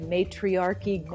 Matriarchy